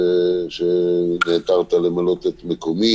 שנעתרת למלא את מקומי